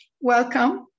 welcome